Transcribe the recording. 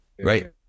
right